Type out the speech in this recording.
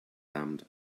damned